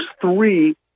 three